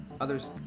others